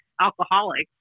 alcoholics